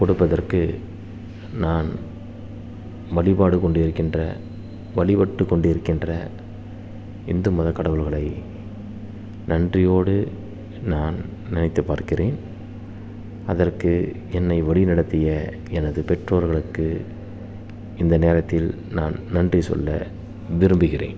கொடுப்பதற்கு நான் வழிபாடுக் கொண்டிருக்கின்ற வழிப்பட்டுக் கொண்டிருக்கின்ற இந்து மதக்கடவுள்களை நன்றியோடு நான் நினைத்துப் பார்க்கிறேன் அதற்கு என்னை வழி நடத்திய எனது பெற்றோர்களுக்கு இந்த நேரத்தில் நான் நன்றி சொல்ல விரும்புகிறேன்